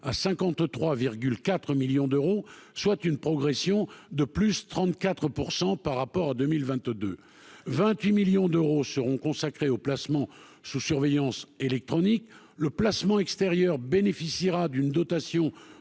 à 53 4 millions d'euros, soit une progression de plus 34 % par rapport à 2022 28 millions d'euros seront consacrés au placement sous surveillance électronique, le placement extérieur bénéficiera d'une dotation